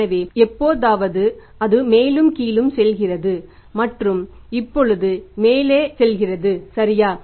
எனவே எப்போதாவது அது மேலும் கீழும் செல்கிறது மற்றும் இப்பொழுது இது மேலே செல்கிறது சரியா